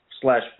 slash